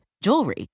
jewelry